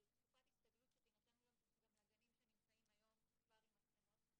של תקופת הסתגלות שתינתן גם לגנים שנמצאים היום כבר עם מצלמות,